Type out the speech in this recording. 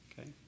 Okay